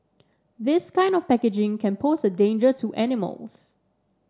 this kind of packaging can pose a danger to animals